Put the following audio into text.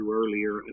earlier